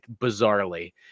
bizarrely